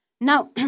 Now